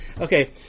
Okay